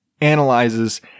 analyzes